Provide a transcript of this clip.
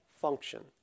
function